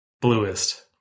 bluest